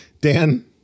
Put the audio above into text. Dan